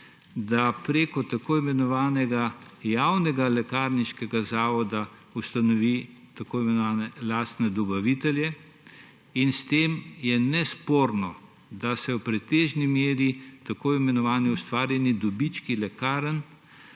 da preko tako imenovanega javnega lekarniškega zavoda ustanovijo tako imenovane lastne dobavitelje. S tem je nesporno, da v pretežni meri tako imenovani ustvarjeni dobički lekarn